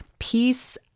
peace